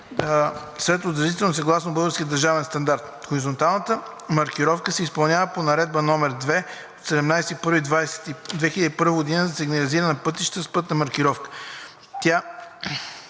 светлоотразителни съгласно Българския държавен стандарт. Хоризонталната маркировка се изпълнява по Наредба № 2/17 януари 2001 г. за сигнализиране на пътищата с пътна маркировка.